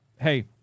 hey